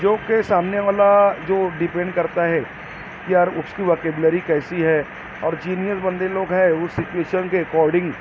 جو کہ سامنے والا جو ڈیپنڈ کرتا ہے یار اس کی وکیبلری کیسی ہے اور جینئس بندے لوگ ہے وہ سچویشن کے اکارڈنگ